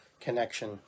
connection